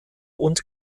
und